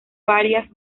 varias